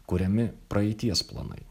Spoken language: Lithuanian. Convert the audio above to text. kuriami praeities planai